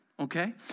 Okay